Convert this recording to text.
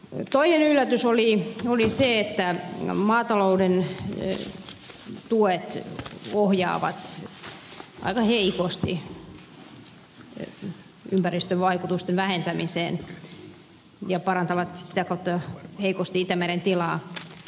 toinen yllätys oli se että maatalouden tuet ohjaavat aika heikosti ympäristön vaikutusten vähentämiseen ja parantavat sitä kautta heikosti itämeren tilaa